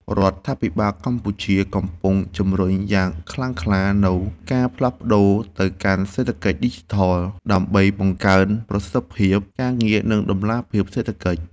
រដ្ឋាភិបាលកម្ពុជាកំពុងជំរុញយ៉ាងខ្លាំងក្លានូវការផ្លាស់ប្តូរទៅកាន់សេដ្ឋកិច្ចឌីជីថល ដើម្បីបង្កើនប្រសិទ្ធភាពការងារ និងតម្លាភាពសេដ្ឋកិច្ច។